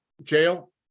jail